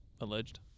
Alleged